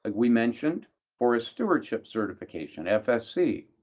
we mentioned forest stewardship certification, fsc.